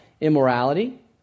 immorality